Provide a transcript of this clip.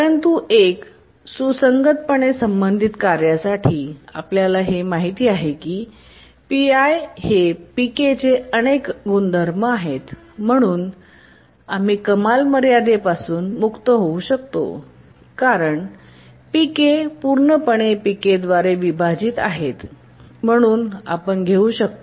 परंतु एक सुसंगत पणे संबंधित कार्यासाठी आपल्याला हे माहित आहे की Pi हे Pk चे अनेक गुणधर्म आहेत आणि म्हणूनच आम्ही कमाल मर्यादेपासून मुक्त होऊ शकतो कारण Pk पूर्णपणे Pk द्वारे विभाजित आहेत म्हणून आपण घेऊ शकतो